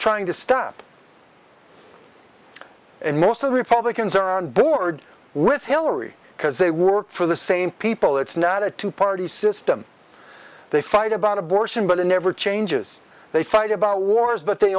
trying to stop and mostly republicans are on board with hillary because they work for the same people it's not a two party system they fight about abortion but it never changes they fight about wars but they